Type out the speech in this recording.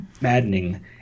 maddening